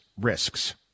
risks